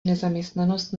nezaměstnanost